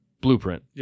blueprint